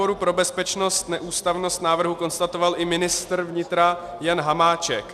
Na výboru pro bezpečnost neústavnost návrhu konstatoval i ministr vnitra Jan Hamáček.